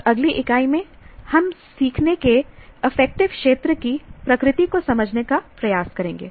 और अगली इकाई में हम सीखने के अफेक्क्टिव क्षेत्र की प्रकृति को समझने का प्रयास करेंगे